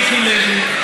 חבר הכנסת מיקי לוי,